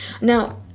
Now